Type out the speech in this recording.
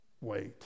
wait